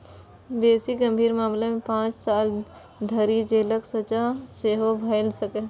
बेसी गंभीर मामला मे पांच साल धरि जेलक सजा सेहो भए सकैए